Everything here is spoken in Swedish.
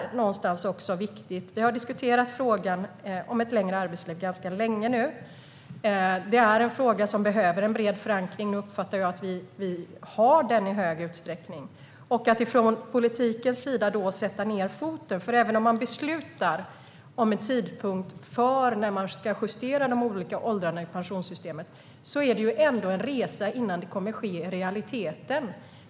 Vi har diskuterat frågan om ett längre arbetsliv ganska länge nu. Det är en fråga som behöver en bred förankring. Nu uppfattar jag att vi i hög utsträckning har den, och från politikens sida kan vi då sätta ned foten. Även om man beslutar om en tidpunkt då man ska justera de olika åldrarna i pensionssystemet är det ändå en resa innan det kommer att ske i realiteten.